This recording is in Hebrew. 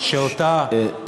זה לא קשור לליכוד או לא.